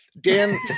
Dan